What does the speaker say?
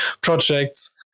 projects